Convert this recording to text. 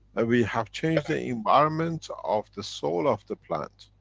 ah we have changed the environment of the soul of the plant.